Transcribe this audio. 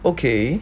okay